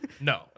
no